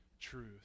truth